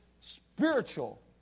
spiritual